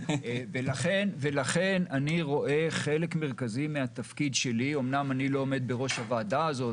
אומנם אני לא עומד בראש הוועדה הזאת,